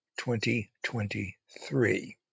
2023